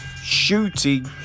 Shooting